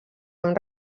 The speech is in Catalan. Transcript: amb